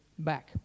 back